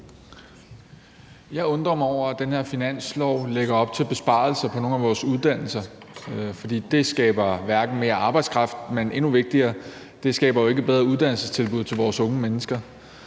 Jeg undrer mig over, at det her forslag til finanslov lægger op til besparelser på nogle af vores uddannelser, for det skaber ikke mere arbejdskraft, og endnu vigtigere skaber det ikke bedre uddannelsestilbud til vores unge mennesker.